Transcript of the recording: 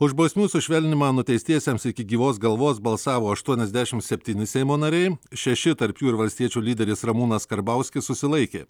už bausmių sušvelninimą nuteistiesiems iki gyvos galvos balsavo aštuoniasdešimt septyni seimo nariai šeši tarp jų ir valstiečių lyderis ramūnas karbauskis susilaikė